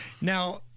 Now